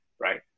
right